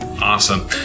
awesome